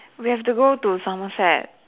we have to go to Somerset